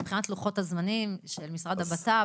מבחינת לוחות הזמנים של משרד הבט"פ,